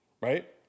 right